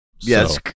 yes